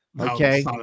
Okay